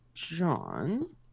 John